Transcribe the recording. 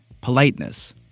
Politeness